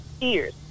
years